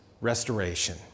restoration